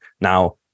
Now